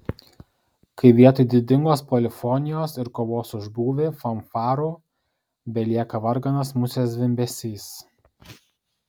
kai vietoj didingos polifonijos ir kovos už būvį fanfarų belieka varganas musės zvimbesys